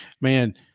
man